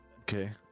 Okay